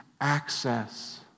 access